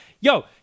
yo